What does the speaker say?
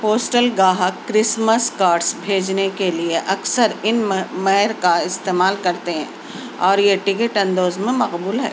postal گاہک Christmas cards بھیجنے کے لئے اکثر ان مہر کا استمال کرتے ہیں اور یہ ٹکٹ اندوز میں مقبول ہے